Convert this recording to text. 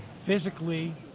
physically